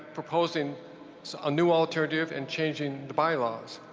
proposing so a new alternative and changing the bylaws.